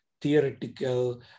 theoretical